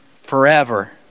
forever